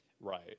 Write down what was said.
right